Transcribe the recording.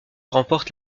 remportent